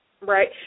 Right